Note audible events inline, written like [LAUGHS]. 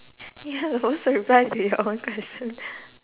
ya you're supposed [LAUGHS] to reply to your own question [LAUGHS]